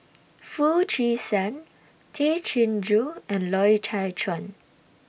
Foo Chee San Tay Chin Joo and Loy Chye Chuan